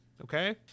okay